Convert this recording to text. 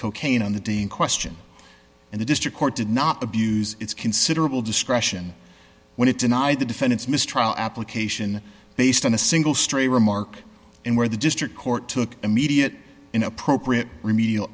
cocaine on the dean question and the district court did not abuse its considerable discretion when it denied the defendant's mistrial application based on a single stray remark in where the district court took immediate inappropriate remedial